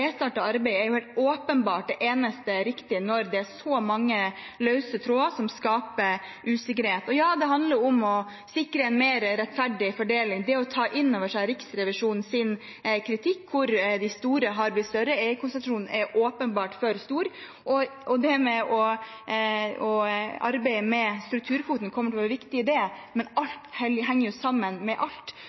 er jo helt åpenbart det eneste riktige når det er så mange løse tråder som skaper usikkerhet. Og ja, det handler om å sikre mer rettferdig fordeling og å ta inn over seg Riksrevisjonens kritikk, at de store har blitt større, eierkonsentrasjonen er åpenbart for stor. Det med å arbeide med strukturkvotene kommer til å være viktig, men alt henger jo sammen med alt.